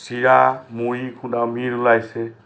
চিৰা মড়ী খুন্দা মিল ওলাইছে